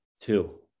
Two